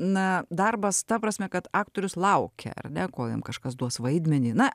na darbas ta prasme kad aktorius laukia ar ne kol jam kažkas duos vaidmenį na